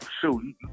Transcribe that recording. shoot